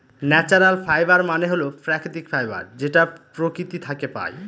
natural fibre মানে হল প্রাকৃতিক ফাইবার যেটা প্রকৃতি থাকে পাই